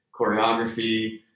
choreography